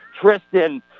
Tristan